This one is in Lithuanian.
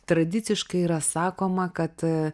tradiciškai yra sakoma kad